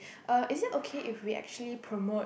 uh is it okay if we actually promote